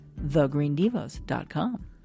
thegreendivas.com